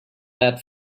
that